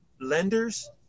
Lenders